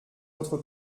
votre